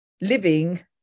living